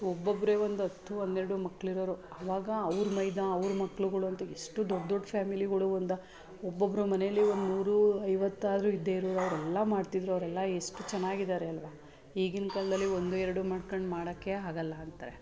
ಒಬ್ಬೊಬ್ಬರೆ ಒಂದು ಹತ್ತು ಅನ್ನೆರಡು ಮಕ್ಕಳಿರೋರು ಅವಾಗ ಅವ್ರು ಮೈದುನಾ ಅವ್ರ ಮಕ್ಕಳುಗಳು ಅಂತ ಎಷ್ಟು ದೊಡ್ಡ ದೊಡ್ಡ ಫ್ಯಾಮಿಲಿಗಳು ಒಂದು ಒಬ್ಬೊಬ್ರು ಮನೇಲಿ ಒಂದು ನೂರು ಐವತ್ತಾದ್ರೂ ಇದ್ದೇ ಇರೋವ್ರು ಅವರೆಲ್ಲ ಮಾಡ್ತಿದ್ದರು ಅವ್ರೆಲ್ಲ ಎಷ್ಟು ಚೆನ್ನಾಗಿದ್ದಾರೆ ಅಲ್ವ ಈಗಿನ ಕಾಲದಲ್ಲಿ ಒಂದು ಎರಡು ಮಾಡ್ಕೊಂಡು ಮಾಡೋಕ್ಕೆ ಆಗಲ್ಲ ಅಂತಾರೆ